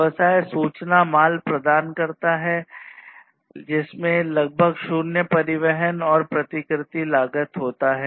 व्यवसाय सूचना माल प्रदान करता है जिसमें लगभग शून्य परिवहन और प्रतिकृति लागत होता है